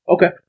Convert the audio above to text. Okay